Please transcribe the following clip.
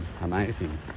amazing